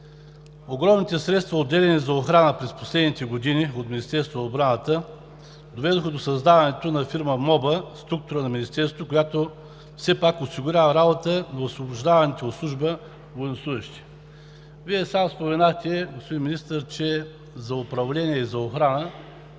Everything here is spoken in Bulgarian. Огромните средства, отделяни за охрана през последните години от Министерството на отбраната, доведоха до създаването на фирма МОБА – структура на Министерството, която все пак осигурява работа на освобождаваните от служба военнослужещи. Вие сам споменахте, господин Министър, че годишно за охрана